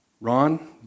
Ron